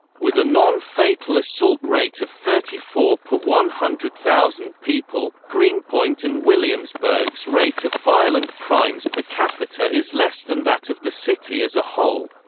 with a non-fatal assault rate of thirty four per one hundred thousand people, greenpoint and williamsburg's rate of violent crimes per capita is less than that of the city as a whole.